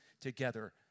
together